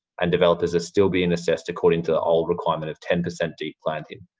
and developers are still being assessed according to the old requirement of ten percent deep planting.